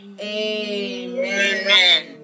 Amen